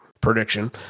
prediction